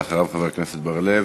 לאחריו, חבר הכנסת בר-לב.